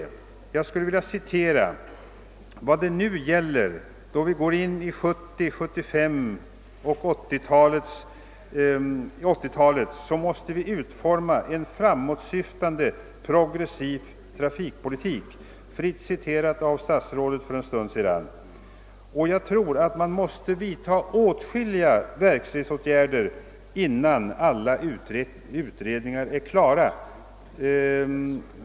Statsrådet gav själv en paroll på ungefär följande sätt: Vad det nu gäller då vi går in i 1970-, 1975 och 1980-talen är att utforma en framåtsyftande progressiv trafikpolitik. Jag tror att man omgående måste vidtaga åtskilliga verkställighetsåtgärder innan alla utredningar är klara.